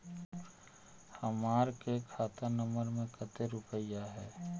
हमार के खाता नंबर में कते रूपैया है?